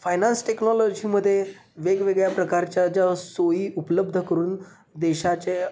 finance टेक्नॉलॉजीमध्ये वेगवेगळ्या प्रकारच्या ज्या सोयी उपलब्ध करून देशाचे